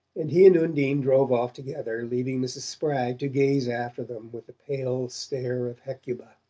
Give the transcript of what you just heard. and he and undine drove off together, leaving mrs. spragg to gaze after them with the pale stare of hecuba.